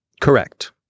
Correct